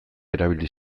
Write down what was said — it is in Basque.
erabili